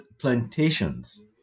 plantations